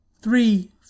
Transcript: Three